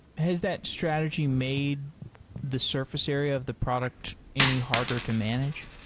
has that strategy made the surface area of the product any harder to manage?